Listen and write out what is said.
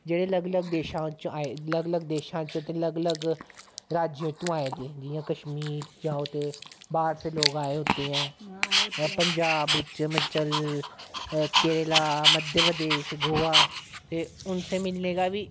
जेह्ड़े अलग अलग देशां च आए अलग अलग देशां च ते अलग अलग राज्य तु आए दे जियां कश्मीर जाओ ते बाह्र से लोक आए होते हैं पंजाब हिमाचल केरला मध्यप्रदेश गोवा ते उनसे मिलने का बी